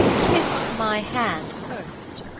kiss my hand first.